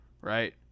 right